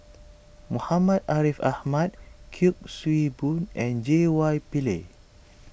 Muhammad Ariff Ahmad Kuik Swee Boon and J Y Pillay